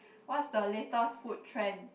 what's the latest food trend